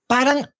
Parang